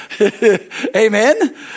amen